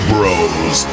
Bros